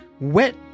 Wet